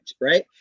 right